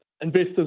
investors